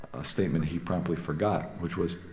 a statement he promptly forgot, which was,